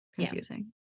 confusing